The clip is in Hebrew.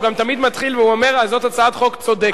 הוא תמיד מתחיל ואומר: זאת הצעת חוק צודקת.